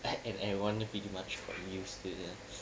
and everyone pretty much for new students